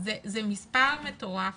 --- זה מספר מטורף.